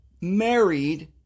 married